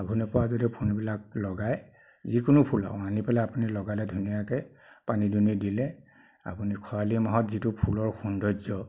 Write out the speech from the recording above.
আঘোণৰপৰা যদি ফুলবিলাক লগাই যিকোনো ফুলক আনি পেলাই আপুনি লগালে ধুনীয়াকৈ পানী দুনি দিলে আপুনি খৰালি মাহত যিটো ফুলৰ সৌন্দৰ্য